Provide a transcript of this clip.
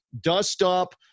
dust-up